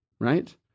right